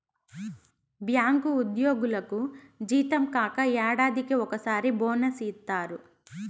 bank ఉద్యోగులకు జీతం కాక ఏడాదికి ఒకసారి బోనస్ ఇత్తారు